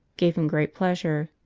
gave him great pleasure.